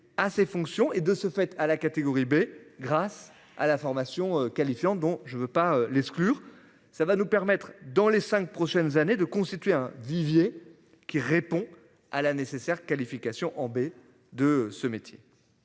à ces fonctions et de ce fait à la catégorie B grâce à la formation qualifiante dont je ne veux pas l'exclure. Ça va nous permettre dans les 5 prochaines années de constituer un vivier qui répond à la nécessaire qualification en baie de ce métier.